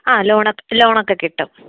ആ ലോണൊക്കെ ലോണൊക്കെ കിട്ടും